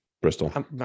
bristol